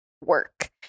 work